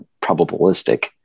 probabilistic